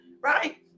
right